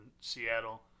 Seattle